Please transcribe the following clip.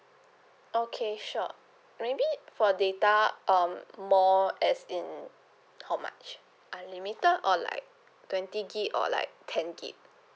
okay sure maybe for data um more as in how much unlimited or like twenty gig or like ten gig